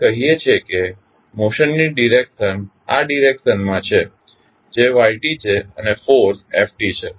આપણે કહીએ છીએ કે મોશનની ડિરેક્શન આ ડિરેક્શન માં છે જે y છે અને ફોર્સ f છે